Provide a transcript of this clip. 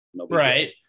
Right